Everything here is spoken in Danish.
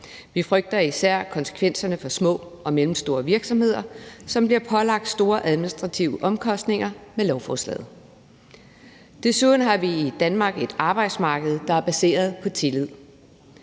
Vi frygter især konsekvenserne for små og mellemstore virksomheder, som bliver pålagt store administrative omkostninger med lovforslaget. Desuden har vi i Danmark et arbejdsmarked, der er baseret på tillid.